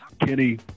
Kenny